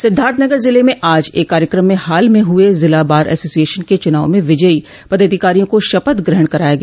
सिद्वार्थनगर जिले में आज एक कार्यक्रम में हाल में हुए जिला बार एसोसिऐशन के चुनाव में विजयी पदाधिकारियों को शपथ ग्रहण कराया गया